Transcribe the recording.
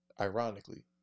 ironically